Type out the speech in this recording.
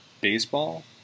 baseball